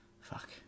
Fuck